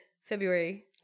February